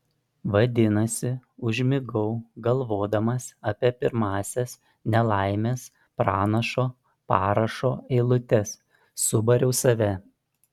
vadinasi užmigau galvodamas apie pirmąsias nelaimės pranašo parašo eilutes subariau save